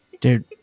dude